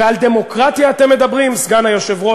ועל דמוקרטיה אתם מדברים, סגן היושב-ראש?